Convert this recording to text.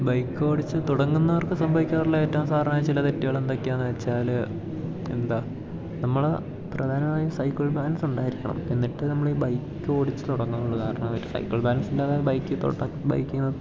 bike ഓടിച്ച് തുടങ്ങുന്നവർക്ക് സംഭവിക്കാറുള്ള ഏറ്റവും സാധാരണ ചില തെറ്റുകൾ എന്തൊക്കെയാണെന്നു വെച്ചാൽ എന്താ നമ്മൾ പ്രധാനമായും സൈക്കിൾ ബാലൻസ് ഉണ്ടായിരിക്കണം എന്നിട്ട് നമ്മളീ ഈ ബൈക്ക് ഓടിച്ച് തുടങ്ങാവുളളൂ കാരണം സൈക്കിൾ ബാലൻസ് ഇല്ലാതെ ബൈക്കിൽ തൊട്ടാൽ ബൈക്ക്